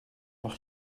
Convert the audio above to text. mag